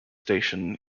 station